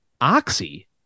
Oxy